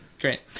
Great